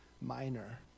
minor